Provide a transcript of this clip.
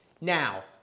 Now